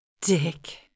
Dick